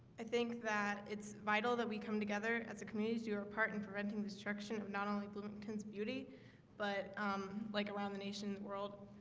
i think that it's vital that we come together as a community to do our part in preventing the destruction of not only bloomington's beauty but um like around the nation's world